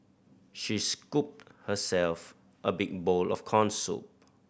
she scooped herself a big bowl of corn soup